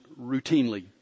routinely